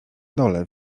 dole